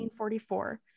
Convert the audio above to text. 1944